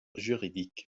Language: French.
juridique